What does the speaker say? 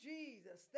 Jesus